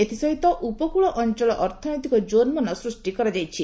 ଏଥିସହିତ ଉପକ୍ଳ ଅଞ୍ଚଳ ଅର୍ଥନୈତିକ ଜୋନ୍ ମାନ ସୃଷ୍ଟି କରାଯାଇଛି